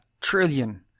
trillion